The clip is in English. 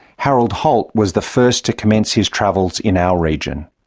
harold holt was the first to commence his travels in our region.